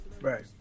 Right